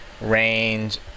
range